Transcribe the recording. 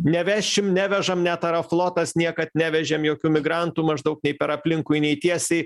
nevešim nevežam net aeroflotas niekad nevežėm jokių migrantų maždaug nei per aplinkui nei tiesiai